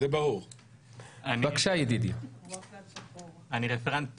חוף מוכרז חדש, כמה העלות שלו?